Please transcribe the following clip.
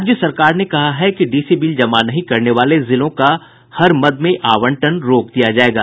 राज्य सरकार ने कहा है कि डीसी बिल जमा नहीं करने वाले जिलों का हर मद में आवंटन रोक दिया जायेगा